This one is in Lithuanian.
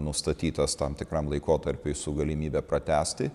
nustatytas tam tikram laikotarpiui su galimybe pratęsti